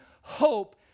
hope